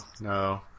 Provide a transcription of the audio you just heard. no